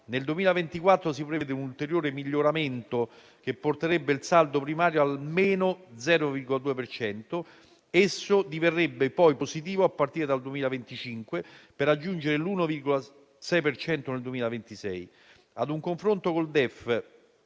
Nel 2024 si prevede un ulteriore miglioramento, che porterebbe il saldo primario a -0,2 per cento. Esso diverrebbe poi positivo a partire dal 2025, per raggiungere l'1,6 per cento nel 2026. Ad un confronto con il DEF